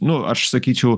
nu aš sakyčiau